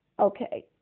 Okay